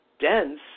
dense